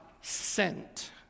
sent